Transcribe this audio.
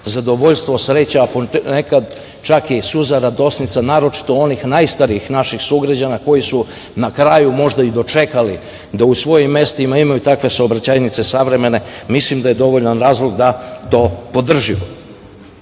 zadovoljstvo, sreća, nekad čak i suza radosnica, naročito onih najstarijih naših sugrađana, koji su na kraju dočekali da u svojim mestima imaju takve saobraćajnice, mislim da je dovoljan razlog da to podržimo.Međutim